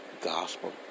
gospel